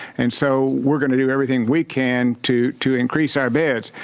and so we're going to do everything we can to to increase our beds.